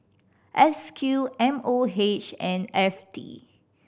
S Q M O H and F T